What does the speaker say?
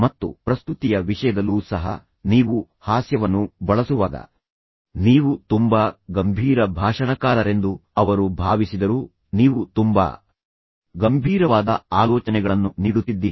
ಮತ್ತು ಪ್ರಸ್ತುತಿಯ ವಿಷಯದಲ್ಲೂ ಸಹ ನೀವು ಹಾಸ್ಯವನ್ನು ಬಳಸುವಾಗ ನೀವು ತುಂಬಾ ಗಂಭೀರ ಭಾಷಣಕಾರರೆಂದು ಅವರು ಭಾವಿಸಿದರು ನೀವು ತುಂಬಾ ಗಂಭೀರ ವಿಜ್ಞಾನಿ ಮತ್ತು ನಂತರ ಸಂಶೋಧಕರಾಗಿದ್ದೀರಿ ನೀವು ತುಂಬಾ ಗಂಭೀರವಾದ ಆಲೋಚನೆಗಳನ್ನು ನೀಡುತ್ತಿದ್ದೀರಿ